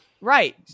Right